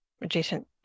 adjacent